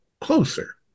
closer